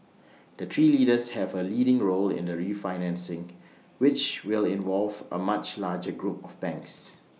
the three leaders have A leading role in the refinancing which will involve A much larger group of banks